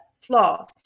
flaws